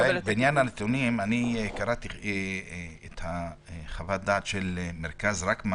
בעניין הנתונים, קראתי חוות דעת של מרכז רקמן,